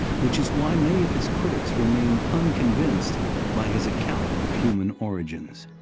which is why many of his critics remained unconvinced by his account of human origins.